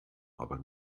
aber